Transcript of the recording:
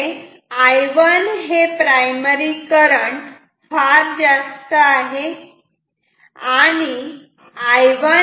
आणि त्यामुळे I1 हे प्रायमरी करंट फार जास्त आहे